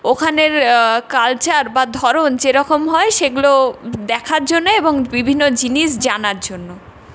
ওখানের কালচার বা ধরন যেরকম হয় সেগুলো দেখার জন্যে এবং বিভিন্ন জিনিস জানার জন্য